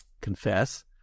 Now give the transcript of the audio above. confess